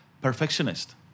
perfectionist